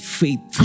faith